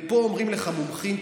ופה אומרים לך המומחים,